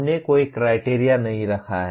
हमने कोई क्राइटेरिया नहीं रखा है